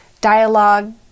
dialogue